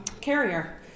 carrier